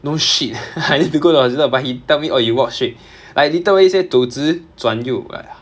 no shit I need to go to the hospital but he tell me oh you walk straight like literally said 走直转右 !aiya!